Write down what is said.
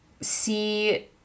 see